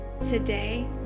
today